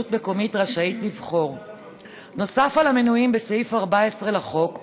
מקומית רשאית לבחור נוסף על המנויים בסעיף 14 לחוק,